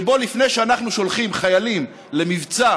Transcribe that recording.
שבו לפני שאנחנו שולחים חיילים למבצע